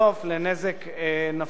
בסוף לנזק נפשי.